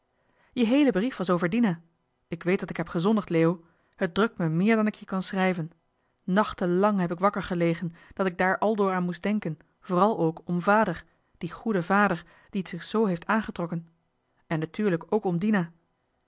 je heele brief was over dina ik weet dat ik heb gezondigd leo het drukt me meer dan ik je kan schrijven nachten lang heb ik wakker gelegen dat ik daar aldoor aan moest denken vooral ook om vader dien goeden vader die het zich zoo heeft aangetrokken en natuurlijk ook om